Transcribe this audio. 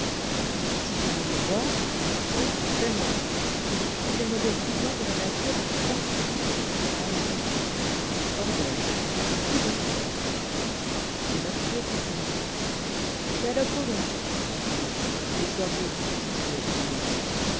si tu veux me voir me dit-il paie moi je suis le modèle vivant de la nature la plus parfaite tu vas en juger ordonne qui veux-tu voir je m'appuyai contre un arbre fais l'apollon lui dis-je et sois beau si tu veux être payé